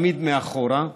תמיד מאחורה.